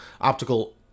optical